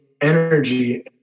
energy